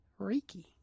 Reiki